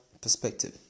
perspective